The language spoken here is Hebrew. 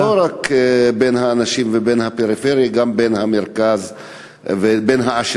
לא רק בין האנשים במרכז לבין האנשים